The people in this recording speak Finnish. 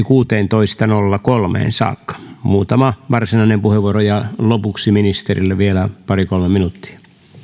kuusitoista nolla kolme saakka muutama varsinainen puheenvuoro ja lopuksi ministerille vielä pari kolme minuuttia